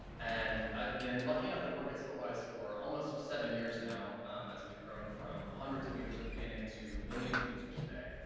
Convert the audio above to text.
and i've been lucky enough to work at splitwise for almost seven years now as we've grown from hundreds of users at the beginning to millions of users today.